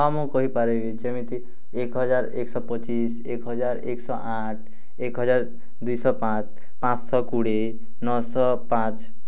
ହଁ ମୁଁ କହିପାରିବି ଯେମିତି ଏକ ହଜାର ଏକ ଶହ ପଚିଶ ଏକ ହଜାର ଏକ ଶହ ଆଠ ଏକ ହଜାର ଦୁଇ ଶହ ପାଞ୍ଚ ପାଞ୍ଚଶହ କୋଡ଼ିଏ ନଅ ଶହ ପାଞ୍ଚ